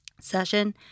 session